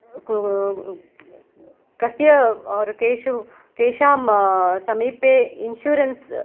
कस्य आर् केषु केषां समीपे इन्शुरेन्स्